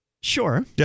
Sure